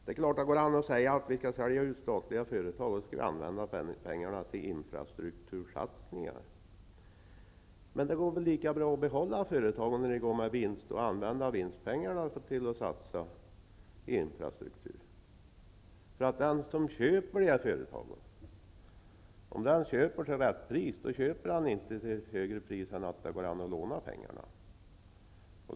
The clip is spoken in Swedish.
Det går naturligtvis an att säga att vi skall sälja ut statliga företag och använda pengarna till infrastruktursatsningnar. Men det går väl lika bra att behålla företagen, när de ger vinst, och använda vinstpengarna till att satsa i infrastruktur. Om den som köper företagen verkligen köper till rätt pris, så köper han inte till det högre pris än att det går att låna pengarna.